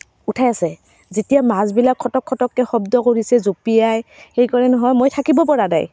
উঠাই আছে যেতিয়া মাছবিলাক খটক খটককৈ শব্দ কৰিছে জপিয়াই হেৰি কৰে নহয় মই মই থাকিব পৰা নাই